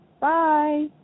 bye